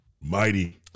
Mighty